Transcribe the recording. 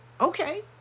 Okay